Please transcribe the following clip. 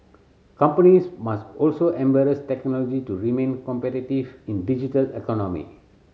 companies must also embrace technology to remain competitive in digital economy